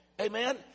Amen